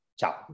Ciao